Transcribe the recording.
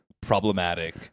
problematic